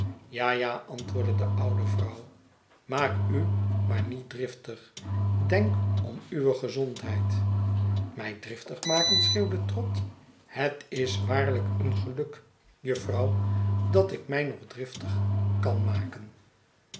ja ja antwoordde de oude julvrouw maak u maar niet driftig denk om uwe gezondheid my driftig maken schreeuwde trott het is waarlijk een geluk jufvrouw dat ik mij nog driftig kan maken